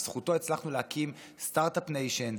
שבזכותו הצלחנו להקים סטרטאפ ניישן,